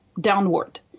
downward